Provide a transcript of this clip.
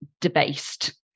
debased